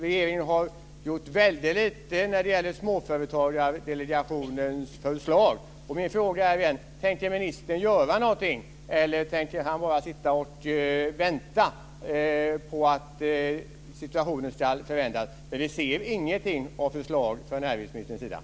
Regeringen har gjort väldigt lite av Småföretagsdelegationens förslag. Min fråga är: Tänker ministern göra någonting eller tänker han bara sitta och vänta på att situationen ska förändras? Vi ser inga förslag från näringsministern.